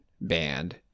band